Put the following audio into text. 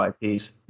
IPs